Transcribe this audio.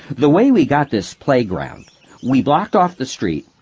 the way we got this playground we blocked off the street,